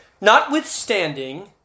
Notwithstanding